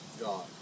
God